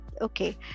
okay